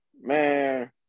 Man